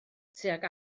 tuag